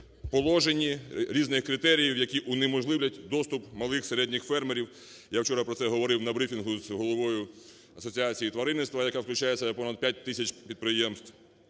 положенні різних критеріїв, які унеможливлять доступ малих, середніх фермерів. Я вчора про це говорив на брифінгу з головою Асоціації тваринництва, яка включає в себе понад 5 тисяч підприємств.